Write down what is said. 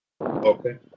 Okay